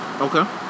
Okay